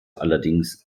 allerdings